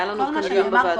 היה לנו כאן דיון בוועדה.